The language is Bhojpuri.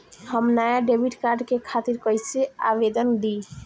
हम नया डेबिट कार्ड के खातिर कइसे आवेदन दीं?